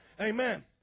Amen